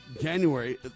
January